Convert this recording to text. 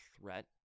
threat